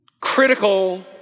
critical